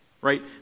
right